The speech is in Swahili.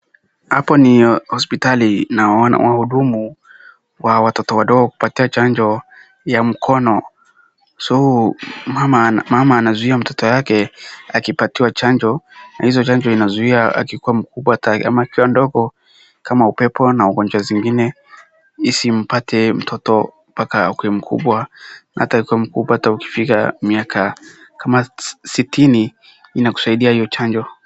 Hapa ni hospitali wahudumu wa watoto wadogo kupatiwa chanjo ya mkono so mama anazuia mtoto yake akipatiwa chanjo, hizo chanjo inazuia akikuwa mkubwa au akiwa mdogo kama upepo na magonjwa mengine yasimpate mpaka mtoto akiwa mkubwa hata ukifika miaka kama sitini inakusaidia hiyo chanjo.